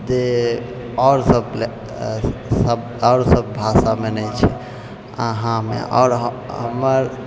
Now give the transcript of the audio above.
जे आओर सब लए आओर सब भाषामे नहि छै अहाँमे आओर हमर